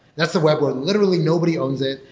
that's the web where literally nobody owns it.